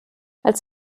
als